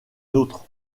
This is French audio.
nôtres